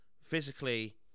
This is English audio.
physically